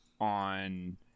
on